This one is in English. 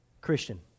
Christian